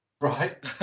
Right